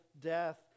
death